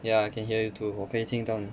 ya I can hear you too 我可以听到你